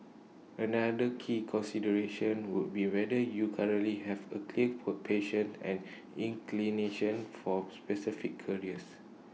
another key consideration would be whether you currently have A clear passion and inclination for specific careers